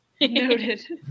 Noted